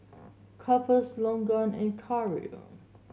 Cephus Logan and Karel